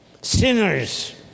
sinners